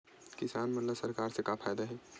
किसान मन ला सरकार से का फ़ायदा हे?